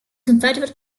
confederate